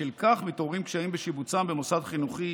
בשל כך מתעוררים קשיים בשיבוצם במוסד חינוכי